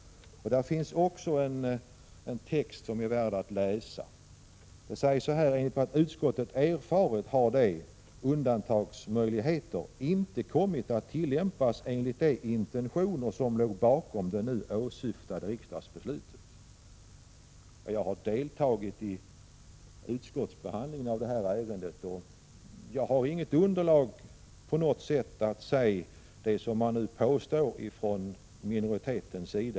Även den reservationen är värd att citeras. Man säger: ”Enligt vad utskottet erfarit har ——— undantagsmöjligheterna ——— inte kommit att tillämpas enligt de intentioner som låg bakom det nu åsyftade riksdagsbeslutet.” Jag har själv deltagit vid utskottets behandling av detta ärende. Men jag | har inte något som helst underlag för ett påstående av det slag som görs från | minoritetens sida.